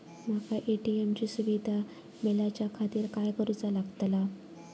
माका ए.टी.एम ची सुविधा मेलाच्याखातिर काय करूचा लागतला?